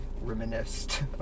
reminisced